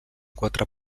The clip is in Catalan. quatre